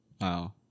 Wow